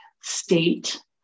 state